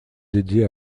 dédiée